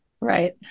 Right